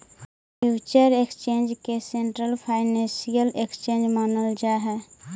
future exchange के central financial exchange मानल जा हइ